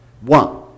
One